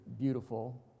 beautiful